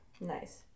Nice